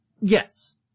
yes